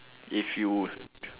if you dr~